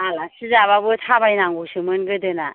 आलासि जाबाबो थाबाय नांगौसोमोन गोदोना